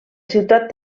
ciutat